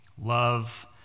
love